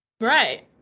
Right